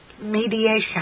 Mediation